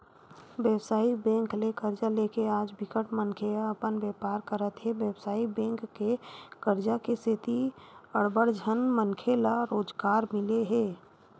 बेवसायिक बेंक ले करजा लेके आज बिकट मनखे ह अपन बेपार करत हे बेवसायिक बेंक के करजा के सेती अड़बड़ झन मनखे ल रोजगार मिले हे